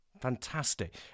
Fantastic